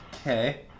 Okay